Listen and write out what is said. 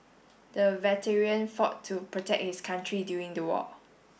the veteran fought to protect his country during the war